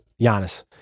Giannis